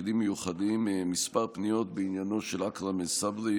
תפקידים מיוחדים כמה פניות בעניינו של עכרמה סברי,